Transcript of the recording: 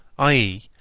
i e,